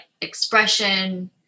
expression